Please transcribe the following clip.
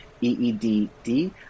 e-e-d-d